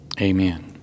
Amen